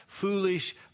foolish